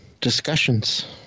discussions